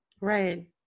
Right